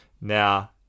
Now